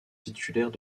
titulaires